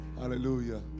Hallelujah